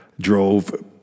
drove